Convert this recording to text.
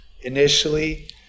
initially